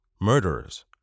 murderers